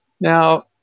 Now